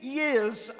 years